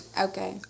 Okay